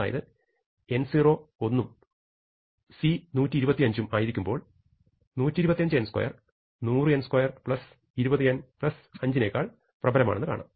അതായത് n0 1 c 125 ആയിരിക്കുമ്പോൾ 125n2 100n2 20n 5 നേക്കാൾ പ്രബലമാണെന്നു കാണാം